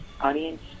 Audience